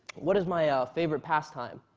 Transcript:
what is my ah favorite pastime?